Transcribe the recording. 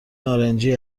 نارنجی